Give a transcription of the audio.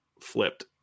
flipped